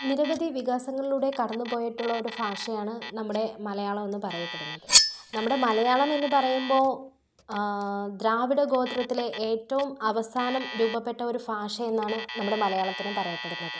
നിരവധി വികാസങ്ങളുടെ കടന്നുപോയിട്ടുള്ള ഒരു ഭാഷയാണ് നമ്മുടെ മലയാളം എന്ന് പറയപ്പെടുന്നത് നമ്മുടെ മലയാളം എന്ന് പറയുമ്പോൾ ദ്രാവിഡ ഗോത്രത്തിലെ ഏറ്റവും അവസാനം രൂപപ്പെട്ട ഒരു ഭാഷ എന്നാണ് നമ്മുടെ മലയാളത്തിനെ പറയപ്പെടുന്നത്